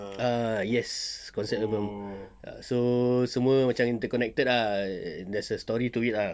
ah yes concept album so semua macam interconnected ah there's a story to it ah